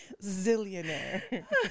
Zillionaire